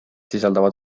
sisaldavad